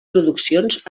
produccions